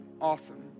awesome